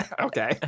Okay